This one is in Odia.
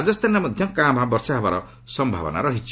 ରାଜସ୍ଥାନରେ ମଧ୍ୟ କାଁ ଭାଁ ବର୍ଷା ହେବାର ସମ୍ଭାବନା ଅଛି